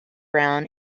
brown